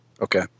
Okay